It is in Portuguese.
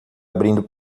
abrindo